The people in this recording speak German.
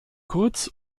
kurz